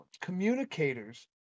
communicators